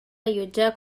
allotjar